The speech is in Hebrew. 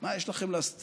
מה יש לכם להסתיר?